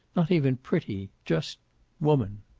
not even pretty. just woman.